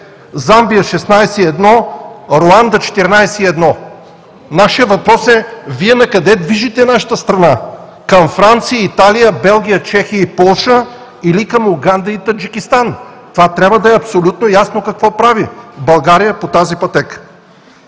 Замбия – 16,1%, Руанда – 14,1%. Нашият въпрос е: Вие накъде движите нашата страна? Към Франция, Италия, Белгия, Чехия и Полша или към Уганда и Таджикистан? Това трябва да е абсолютно ясно. Какво прави България по тази пътека?